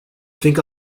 think